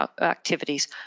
activities